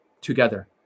together